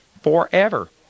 forever